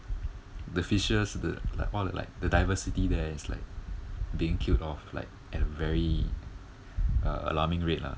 the fishes the like all the like the diversity there is like being killed off like at a very uh alarming rate lah